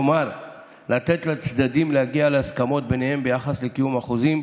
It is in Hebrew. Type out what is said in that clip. כלומר לתת לצדדים להגיע להסכמות ביניהם ביחס לקיום החוזים,